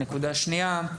הנקודה השנייה: